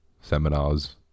seminars